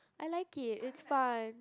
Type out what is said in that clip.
I like it it's fun